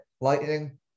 Lightning